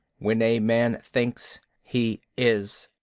when a man thinks, he is.